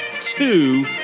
two